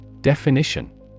Definition